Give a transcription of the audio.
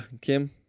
Kim